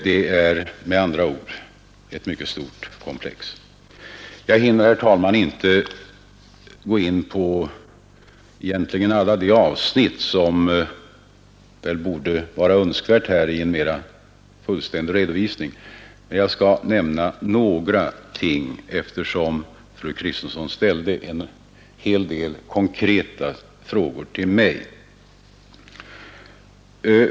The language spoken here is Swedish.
Det är med andra ord ett mycket stort komplex. Jag skall inte gå in på alla avsnitt vilket kanske vore önskvärt i en mera fullständig redovisning, men jag skall beröra några eftersom fru Kristensson ställt en en hel rad konkreta frågor till mig.